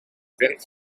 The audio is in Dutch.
werk